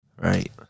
Right